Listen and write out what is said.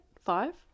Five